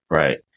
Right